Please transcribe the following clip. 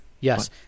Yes